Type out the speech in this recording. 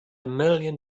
million